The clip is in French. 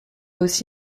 aussi